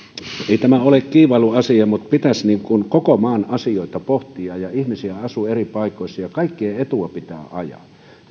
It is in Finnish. ei tämä ole kiivailun asia mutta pitäisi koko maan asioita pohtia kun ihmisiä asuu eri paikoissa ja kaikkien etua pitää ajaa niin